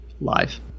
live